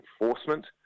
enforcement